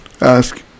ask